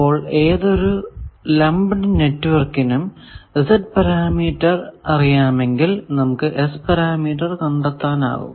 അപ്പോൾ ഏതൊരു ലംബ്ഡ് നെറ്റ്വർക്കിനും Z പാരാമീറ്റർ അറിയാമെങ്കിൽ നമുക്ക് S പാരാമീറ്റർ കണ്ടെത്താനാകും